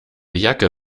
jacke